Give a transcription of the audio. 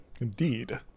Indeed